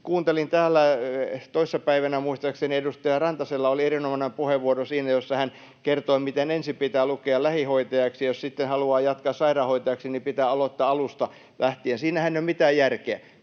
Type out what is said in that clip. Kuuntelin täällä, kun toissa päivänä muistaakseni edustaja Rantasella oli erinomainen puheenvuoro, jossa hän kertoi, miten ensin pitää lukea lähihoitajaksi ja jos sitten haluaa jatkaa sairaanhoitajaksi, niin pitää aloittaa alusta lähtien. Siinähän ei ole mitään järkeä,